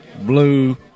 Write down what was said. blue